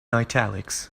italics